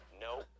No